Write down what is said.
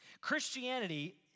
Christianity